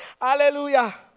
Hallelujah